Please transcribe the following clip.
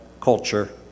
culture